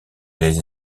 les